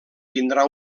vindrà